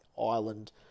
Ireland